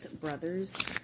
Brothers